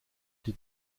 die